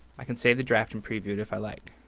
i can save the draft and preview it, if i like.